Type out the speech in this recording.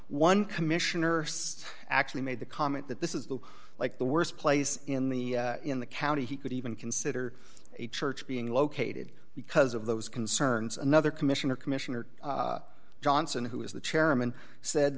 one commissioner actually made the comment that this is the like the worst place in the in the county he could even consider a church being located because of those concerns another commissioner commissioner johnson who is the chairman said